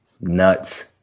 nuts